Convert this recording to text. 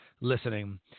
listening